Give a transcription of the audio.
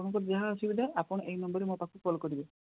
ଆପଣଙ୍କର ଯାହା ଅସୁବିଧା ଆପଣ ଏଇ ନମ୍ବରରେ ମୋ ପାଖକୁ କଲ କରିବେ